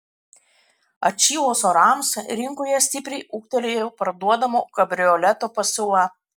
atšilus orams rinkoje stipriai ūgtelėjo parduodamų kabrioletų pasiūla